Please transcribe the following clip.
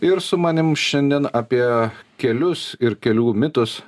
ir su manim šiandien apie kelius ir kelių mitus